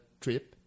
trip